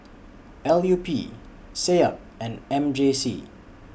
L U P Seab and M J C